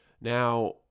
Now